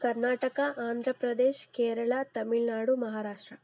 Karnataka Andhra Pradesh Kerala Tamil Nadu Maharashtra